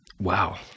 Wow